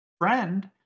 friend